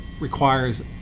requires